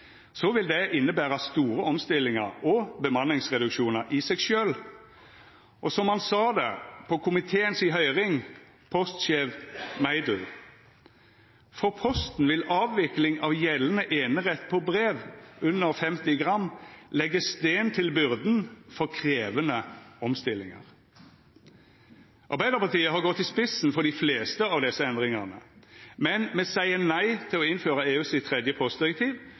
vil det innebera store omstillingar og bemanningsreduksjonar i seg sjølv. Og, som han sa det på komitéhøyringa, postsjef Mejdell: «For Posten vil avvikling av gjeldende enerett på brev under 50 gram legge sten til byrden for krevende omstillinger.» Arbeidarpartiet har gått i spissen for dei fleste av desse endringane, men me seier nei til å innføra EU sitt tredje postdirektiv